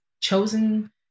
chosen